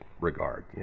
regard